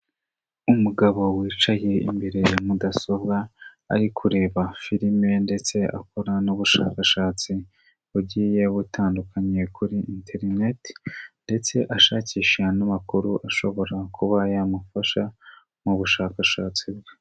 Umugabo wicaye imbere ya mudasobwa, ari kureba filime ndetse akora n'ubushakashatsi bugiye butandukanye kuri interineti ndetse ashakisha n'amakuru ashobora kuba yamufasha mu bushakashatsi bwe.